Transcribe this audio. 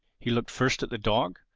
he looked first at the dog,